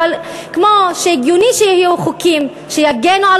אבל כמו שהגיוני שיהיו חוקים שיגנו על